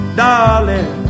darling